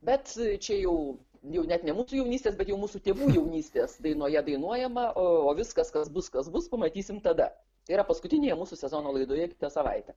bet čia jau jau net ne mūsų jaunystės bet jau mūsų tėvų jaunystės dainoje dainuojama o viskas kas bus kas bus pamatysim tada tai yra paskutinėje mūsų sezono laidoje kitą savaitę